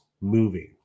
moving